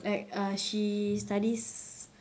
like uh she studies